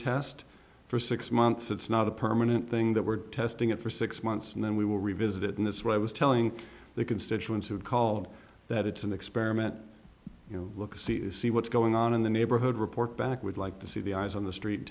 test for six months it's not a permanent thing that we're testing it for six months and then we will revisit it in this way i was telling the constituents who called that it's an experiment you know look see see what's going on in the neighborhood report back we'd like to see the eyes on the street